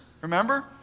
Remember